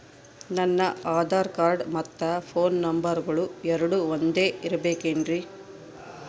ನನ್ನ ಆಧಾರ್ ಕಾರ್ಡ್ ಮತ್ತ ಪೋನ್ ನಂಬರಗಳು ಎರಡು ಒಂದೆ ಇರಬೇಕಿನ್ರಿ?